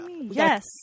yes